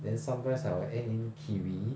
then sometimes I'll add in kiwi